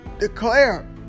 declare